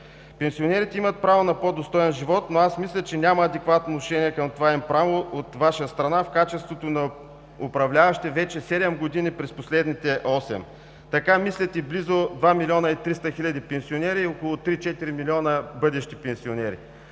Пенсионерите имат право на по-достоен живот, но аз мисля, че няма адекватно отношение към това им право от Ваша страна в качеството на управляващи вече седем години през последните осем. Така мислят и близо два милиона и триста хиляди пенсионери и около три-четири милиона бъдещи пенсионери.